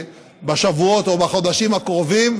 בשבועות או בחודשים הקרובים,